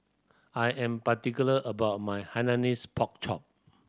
I am particular about my Hainanese Pork Chop